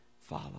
follow